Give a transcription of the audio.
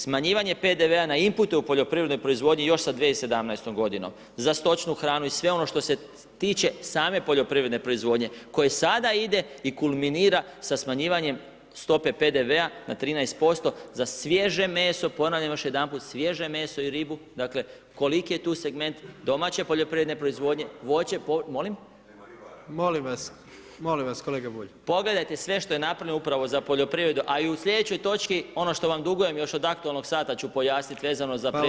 Smanjivanje PDV-a na inpute u poljoprivrednoj proizvodnji još sa 2017. za stočnu hranu i sve ono što se tiče same poljoprivredne proizvodnje koje sada ide i kulminira sa smanjivanjem stope PDV-a na 13% za svježe meso, ponavljam još jedanput, svježe meso i ribu, dakle koliki je tu segment domaće poljoprivrednu proizvodnje, voće… … [[Upadica sa strane, ne razumije se.]] Molim? [[Upadica predsjednik: Molim vas, molim vas kolega Bulj.]] Pogledajte sve što je napravljeno upravo za poljoprivredu a i u slijedećoj točki ono što vam dugujem još od aktualnog sata ću pojasniti vezano za prijedlog udruge voćara.